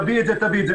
תביא את זה.